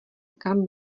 kam